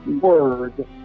word